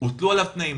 הוטלו עליו תנאים.